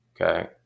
Okay